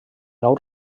nou